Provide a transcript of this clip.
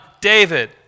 David